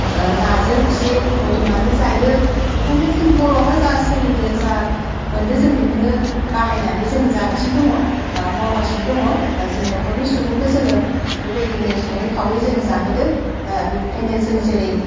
नाजों एसे रुदबनानैबो जायो इनिखायनो जों बर'हा जा सोलिदो जा मोन्दो जों बेखोनो बाहायनानै जोङो जागासिनो दङ बा मावगासिनो दङ बा जोङो न'खरनि सुबुंखो जोङो बेबायदिनो सङै खावै जोङो जाहोदो दा बेनिखायनो जों जेरै